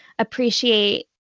appreciate